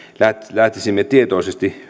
lähtisimme tietoisesti